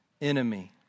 enemy